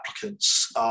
applicants